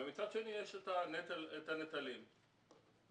ומצד שני יש את הנטלים, גם